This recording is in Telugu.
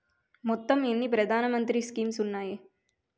మొత్తం ఎన్ని ప్రధాన మంత్రి స్కీమ్స్ ఉన్నాయి?